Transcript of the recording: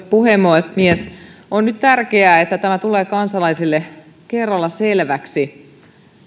puhemies nyt on tärkeää että tämä tulee kansalaisille kerralla selväksi